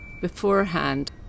beforehand